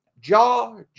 Jaw